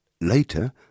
Later